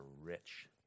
rich